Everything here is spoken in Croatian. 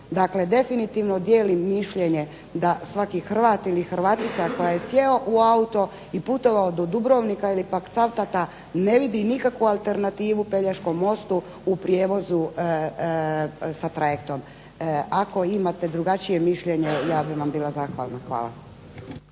Dakle, definitivno dijelim mišljenje da svaki Hrvat ili Hrvatica koji je sjeo u auto i putovao do Dubrovnika ili pak Cavtata ne vidi nikakvu alternativu Pelješkom mostu u prijevozu sa trajektom. Ako imate drugačije mišljenje ja bih vam bila zahvalna. Hvala.